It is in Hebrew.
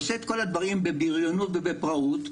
ועושה את כל הדברים בבריונות ובפראות,